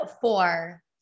four